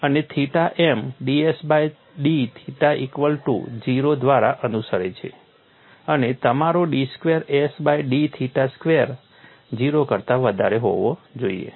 અને theta m dS by d theta equal to 0 દ્વારા અનુસરે છે અને તમારો d square S by d theta square 0 કરતા વધારે હોવો જોઇએ